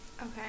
Okay